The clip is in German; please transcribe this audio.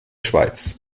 schweiz